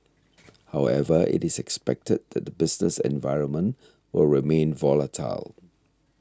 however it is expected that the business environment will remain volatile